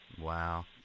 Wow